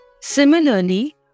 Similarly